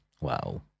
wow